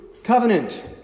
Covenant